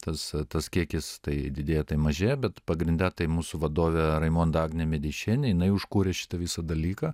tas tas kiekis tai didėja tai mažėja bet pagrinde tai mūsų vadovė raimonda agnė medeišienė jinai užkūrė šitą visą dalyką